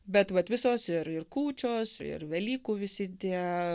bet vat visos ir ir kūčios ir velykų visi tie